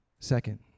Second